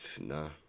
nah